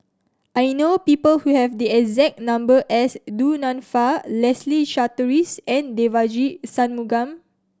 I know people who have the exact number as Du Nanfa Leslie Charteris and Devagi Sanmugam